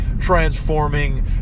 transforming